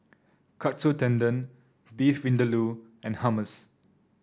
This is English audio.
Katsu Tendon Beef Vindaloo and Hummus